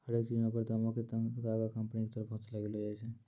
हरेक चीजो पर दामो के तागा कंपनी के तरफो से लगैलो जाय छै